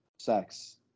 sex